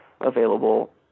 available